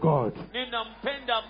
God